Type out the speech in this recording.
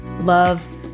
love